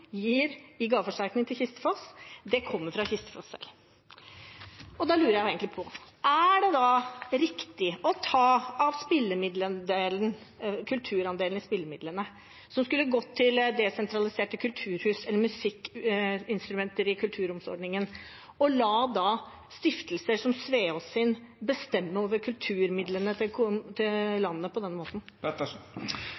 gir i gaveforsterkning til Kistefos, kommer altså fra Kistefos selv. Da lurer jeg på: Er det da riktig å ta av kulturandelen i spillemidlene, som skulle gått til desentraliserte kulturhus eller musikkinstrumenter i Kulturrom-ordningen, og la stiftelser som Sveaas’ stiftelse bestemme over kulturmidlene til